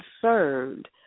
concerned